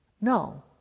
No